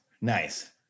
Nice